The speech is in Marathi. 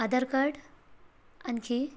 आधार कार्ड आणखी